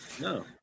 No